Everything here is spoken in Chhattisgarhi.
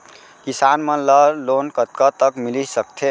किसान मन ला लोन कतका तक मिलिस सकथे?